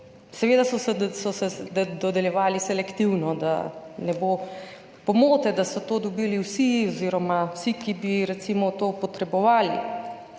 Seveda so se dodeljevali selektivno, da ne bo pomote, to niso dobili vsi oziroma tisti, ki bi recimo to potrebovali.